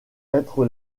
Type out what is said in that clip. être